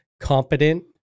competent